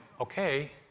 okay